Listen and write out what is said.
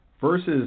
versus